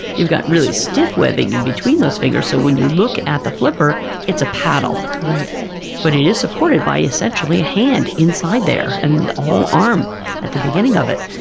you've got really stiff webbing in between those fingers, so when you look at the flipper it's a paddle. but it is supported by, essentially, a hand inside there, and a whole arm at the beginning of it.